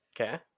okay